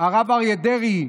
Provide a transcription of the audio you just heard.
הרב אריה דרעי,